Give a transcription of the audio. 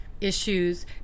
issues